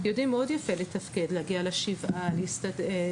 יודעים מאוד יפה לתפקד, להגיע ל"שבעה", להתארגן.